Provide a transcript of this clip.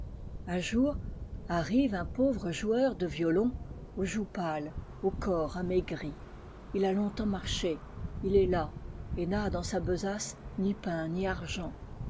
un jour arrive un pauvre joueur de violon aux joues pâles au corps amaigri il a longtemps marché il est las et n'a dans sa besace ni pain ni argent